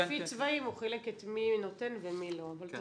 לפי צבעים הוא חילק את מי נותן ומי לא, אבל תסביר.